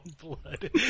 blood